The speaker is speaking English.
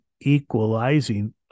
equalizing